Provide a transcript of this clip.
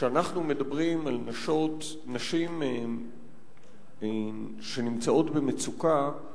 כשאנחנו מדברים על נשים שנמצאות במצוקה,